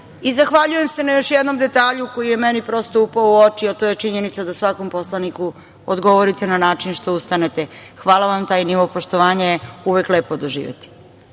sreću. Zahvaljujem se na još jednom detalju koji je meni upao u oči, a to je da činjenica da svakom poslaniku odgovorite na način što ustanete. Hvala vam. Taj nivo poštovanja je uvek lepo doživeti.